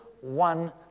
one